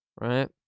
right